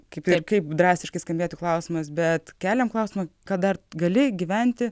kaip ir kaip drastiškai skambėtų klausimas bet keliam klausimą kad dar gali gyventi